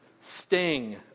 sting